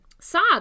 Sad